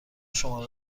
شماره